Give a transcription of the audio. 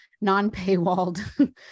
non-paywalled